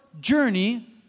journey